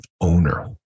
owner